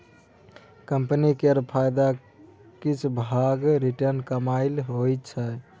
company केर फायदाक किछ भाग रिटेंड कमाइ होइ छै